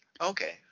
Okay